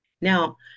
Now